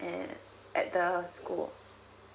at at the school